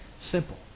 simple